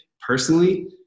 personally